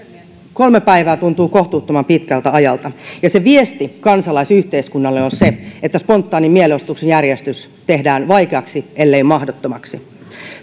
kolme päivää tuntuu kohtuuttoman pitkältä ajalta ja viesti kansalaisyhteiskunnalle on se että spontaani mielenosoituksen järjestäminen tehdään vaikeaksi ellei mahdottomaksi